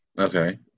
Okay